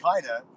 China